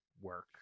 work